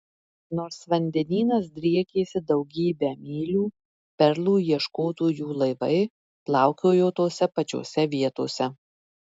nors vandenynas driekėsi daugybę mylių perlų ieškotojų laivai plaukiojo tose pačiose vietose